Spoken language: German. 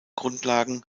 grundlagen